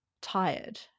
tired